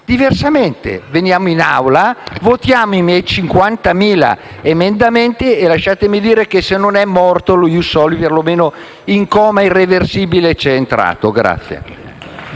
Diversamente, veniamo in Assemblea, votiamo i miei 50.000 emendamenti e lasciatemi dire che se non è morto, lo *ius soli* per lo meno in coma irreversibile è già entrato.